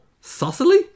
saucily